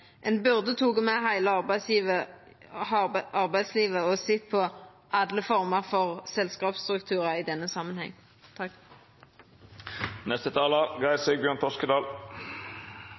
Ein burde ha teke med heile arbeidslivet og sett på alle former for selskapsstrukturar i denne